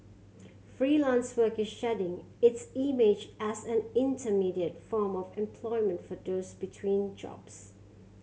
Freelance Work is shedding its image as an intermediate form of employment for those between jobs